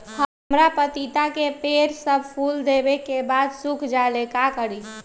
हमरा पतिता के पेड़ सब फुल देबे के बाद सुख जाले का करी?